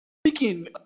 Speaking